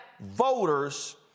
voters